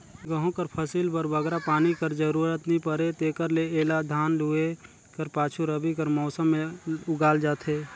गहूँ कर फसिल बर बगरा पानी कर जरूरत नी परे तेकर ले एला धान लूए कर पाछू रबी कर मउसम में उगाल जाथे